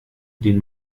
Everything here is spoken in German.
den